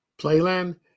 playland